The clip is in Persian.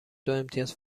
دوامتیاز